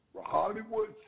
Hollywood